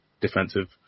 defensive